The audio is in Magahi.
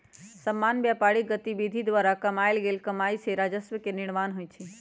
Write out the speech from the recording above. सामान्य व्यापारिक गतिविधि द्वारा कमायल गेल कमाइ से राजस्व के निर्माण होइ छइ